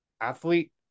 athlete